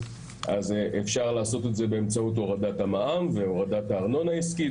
אז אפשר לעשות את זה באמצעות הורדת המע"מ והורדת הארנונה העסקית,